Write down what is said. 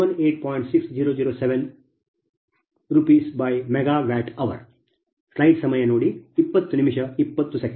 6007 RsMWhr slide ಸಮಯ 2020 ನೋಡಿ